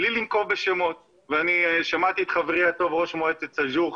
בלי לנקוב בשמות ושמעתי את חברי הטוב ראש מועצת סאג'ור,